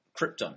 Krypton